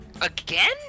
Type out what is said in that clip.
Again